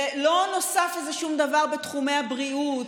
לא נוסף איזשהו דבר בתחומי הבריאות,